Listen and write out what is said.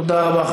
תודה רבה.